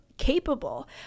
capable